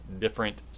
different